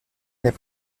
nait